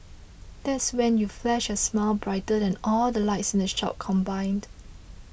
that's when you flash a smile brighter than all the lights in the shop combined